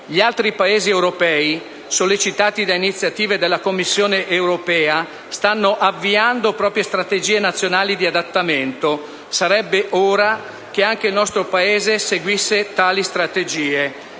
Gli altri Paesi europei, sollecitati da iniziative della Commissione europea, stanno avviando proprie strategie nazionali di adattamento; sarebbe ora che anche il nostro Paese seguisse tali strategie.